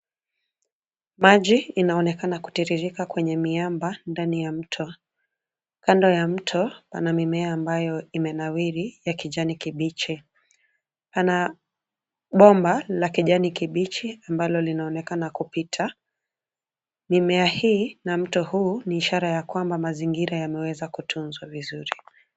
Maji inaonekana kutirirka kwenye miamba ndani ya mto. Kando ya mto kuna mimea ambayo imenawiri ya kijani kibichi. Pana bomba la kijani kibichi ambalo linaonekana kupita. Mimea hii na mto huu ni ishara ya kwamba mazingira wameweza kutuzwa vizuri.